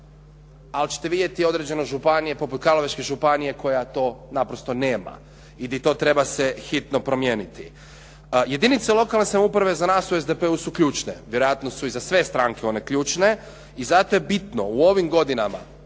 ali ćete vidjeli i određene županije poput Karlovačke županije koja to naprosto nema i to treba se hitno promijeniti. Jedinice lokalne samouprave za nas u SDP-u su ključne, vjerojatno su i za sve stranke one ključne i zato je bitno u ovim godinama